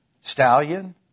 stallion